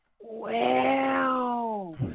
Wow